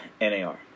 NAR